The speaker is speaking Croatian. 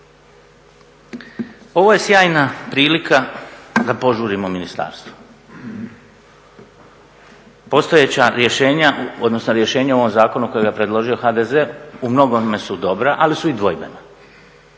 Ovo je sjajna prilika da požurimo ministarstvo. Postojeća rješenja, odnosno rješenja u ovom zakonu kojega je predložio HDZ u mnogome su dobra ali su i dvojbena.